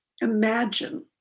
imagine